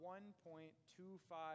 $1.25